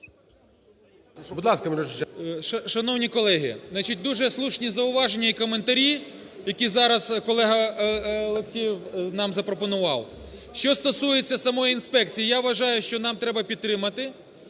Шановні колеги, значить, дуже слушні зауваження і коментарі, які зараз колега Алексєєв нам запропонував. Що стосується самої інспекції, я вважаю, що нам треба підтримати.